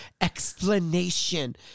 explanation